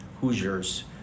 Hoosiers